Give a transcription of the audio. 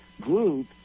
group